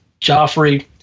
Joffrey